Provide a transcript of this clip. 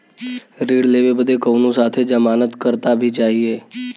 ऋण लेवे बदे कउनो साथे जमानत करता भी चहिए?